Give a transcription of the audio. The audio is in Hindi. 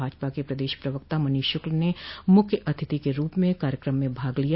भाजपा के प्रदेश प्रवक्ता मनीष शुक्ल ने मुख्य अतिथि के रूप में कार्यक्रम में भाग लिया